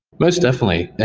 most definitely.